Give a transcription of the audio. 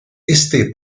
este